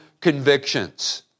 convictions